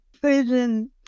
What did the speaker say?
Prison